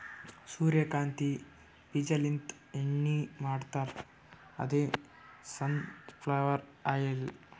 ಸೂರ್ಯಕಾಂತಿ ಬೀಜಾಲಿಂತ್ ಎಣ್ಣಿ ಮಾಡ್ತಾರ್ ಅದೇ ಸನ್ ಫ್ಲವರ್ ಆಯಿಲ್